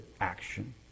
action